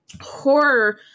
horror